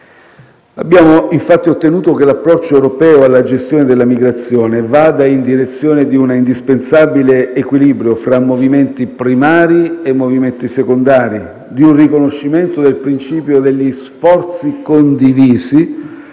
Abbiamo infatti ottenuto che l'approccio europeo alla gestione della migrazione vada in direzione di un indispensabile equilibrio fra movimenti primari e movimenti secondari, di un riconoscimento del principio degli sforzi condivisi